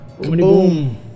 boom